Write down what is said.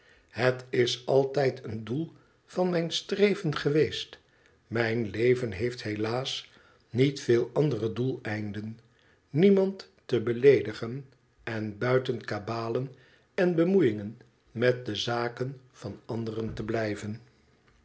het is altijd een doel van mijn streven geweest mijn leven heeft helaas niet veel andere doeleinden niemand te beleedigen en buiten kabalen en bemoeiingen met de zaken van anderen te blijven